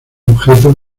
objetos